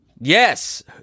Yes